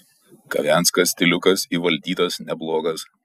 kavenskas stiliukas įvaldytas neblogas